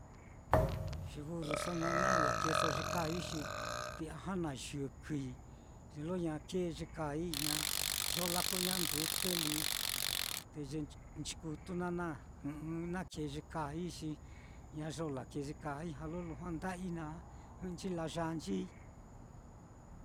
ye burruso naá na lekeeso ye kaai xi kui'ya janayɨkɨi ye lo ña kee ye kaai naá, ñayo lako'oña'a ndute lí, te ye nch-nchikutu naá na jɨ'ɨ na kee ye kaai xi ñayo lakee ye lo kaai, ja lo lujua nda'yii naá jɨ'ɨnchi layanchii.